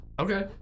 Okay